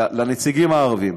לנציגים הערבים: